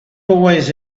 always